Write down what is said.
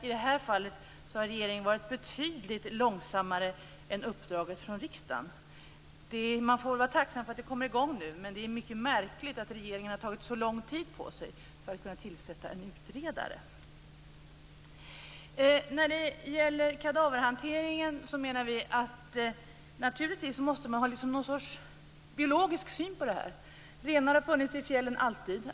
I det här fallet har regeringen varit oerhört långsam i förhållande till uppdraget från riksdagen. Man får vara tacksam att man nu kommit i gång, men det är mycket märkligt att regeringen tagit så lång tid på sig för att tillsätta en utredare. Beträffande kadaverhanteringen menar vi att man där naturligtvis måste ha någon sorts biologisk syn. Renar har alltid funnits i fjällen.